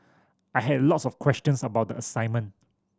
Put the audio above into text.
I had a lots of questions about the assignment